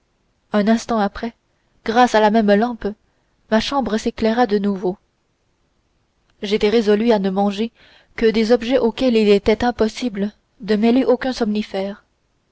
un instant après grâce à la même lampe ma chambre s'éclaira de nouveau j'étais résolue à ne manger que des objets auxquels il était impossible de mêler aucun somnifère